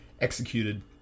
executed